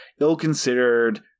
ill-considered